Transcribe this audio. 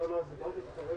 לטענתם,